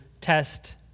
test